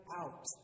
out